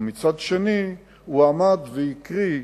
ומצד שני הוא עמד והקריא,